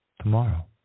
Tomorrow